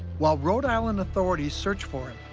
while rhode island authorities search for it,